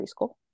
preschool